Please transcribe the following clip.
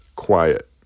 Quiet